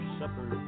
supper